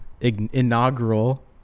inaugural